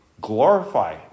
glorify